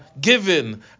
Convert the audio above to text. given